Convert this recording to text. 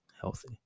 healthy